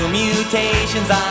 mutations